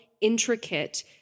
intricate